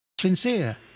Sincere